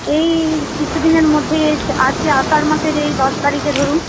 এই কিছু দিনের মধ্যেই আছে আষাঢ় মাসের এই দশ তারিখে ধরুন